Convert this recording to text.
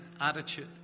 attitude